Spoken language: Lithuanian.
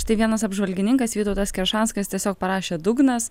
štai vienas apžvalgininkas vytautas keršanskas tiesiog parašė dugnas